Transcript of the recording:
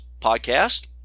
podcast